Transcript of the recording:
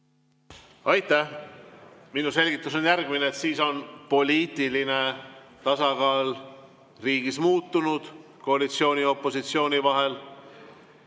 Aitäh! Minu selgitus on järgmine: siis on poliitiline tasakaal riigis muutunud koalitsiooni ja opositsiooni vahel.